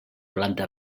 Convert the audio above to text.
planta